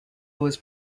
was